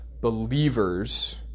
believers